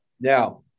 Now